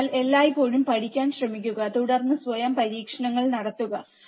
അതിനാൽ എല്ലായ്പ്പോഴും പഠിക്കാൻ ശ്രമിക്കുക തുടർന്ന് സ്വയം പരീക്ഷണങ്ങൾ നടത്തുക